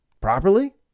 properly